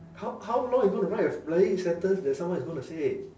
how how long you going to write a bloody sentence that someone is going to say